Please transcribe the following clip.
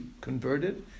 converted